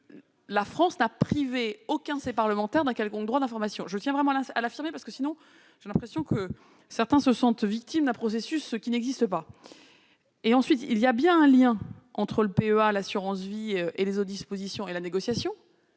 La France n'a privé aucun de ses parlementaires d'un quelconque droit d'information. Je tiens vraiment à l'affirmer, ayant l'impression que certains se sentent victimes d'un processus qui n'existe pas. Par ailleurs, il y a bien un lien entre le PEA, l'assurance-vie et les autres sujets de la négociation